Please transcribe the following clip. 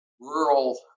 rural